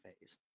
phase